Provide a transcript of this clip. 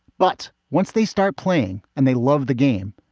but once they start playing and they love the game,